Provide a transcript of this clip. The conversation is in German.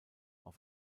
auf